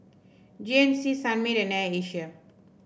G N C Sunmaid and Air Asia